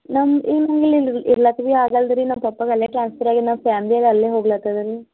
ನಮ್ಮ ಇಲ್ಲ ಇಲ್ಲ ರೀ ಇರ್ಲಾತ್ ಬಿ ಆಗಲ್ಲ ರೀ ನಮ್ಮ ಪಪ್ಪಗೆ ಅಲ್ಲೆ ಟ್ರಾನ್ಸ್ಫರ್ ಆಗ್ಯದ ನಮ್ಮ ಫ್ಯಾಮ್ಲಿ ಎಲ್ಲ ಅಲ್ಲೆ ಹೋಗ್ಲತದ ರೀ